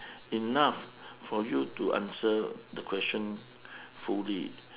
enough for you to answer the question fully